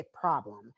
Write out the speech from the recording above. problem